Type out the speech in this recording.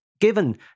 given